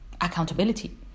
accountability